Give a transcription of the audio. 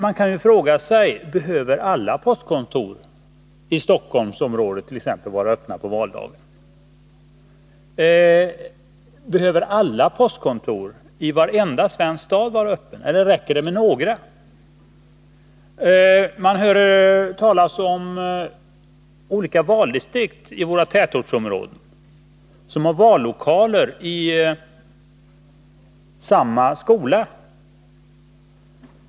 Man kan t.ex. fråga sig: Behöver alla postkontor i Stockholmsområdet vara öppna på valdagen? Behöver alla postkontor i varje svensk stad vara öppna eller räcker det med några? Man hör talas om olika valdistrikt i våra tätortsområden som har vallokaler i samma skola.